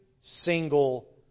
single